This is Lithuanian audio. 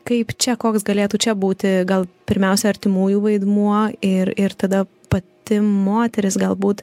kaip čia koks galėtų čia būti gal pirmiausia artimųjų vaidmuo ir ir tada pati moteris galbūt